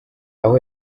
aho